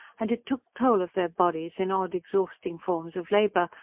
and it took toll of their bodies in odd, exhausting forms of labour,